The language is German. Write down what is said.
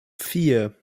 vier